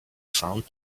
found